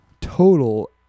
total